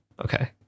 Okay